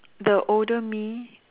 the older me